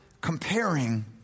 comparing